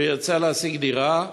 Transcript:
וירצה להשיג דירה,